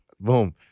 boom